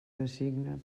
designe